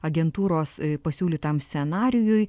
agentūros pasiūlytam scenarijui